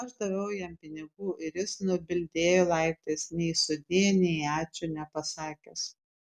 aš daviau jam pinigų ir jis nubildėjo laiptais nei sudie nei ačiū nepasakęs